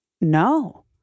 no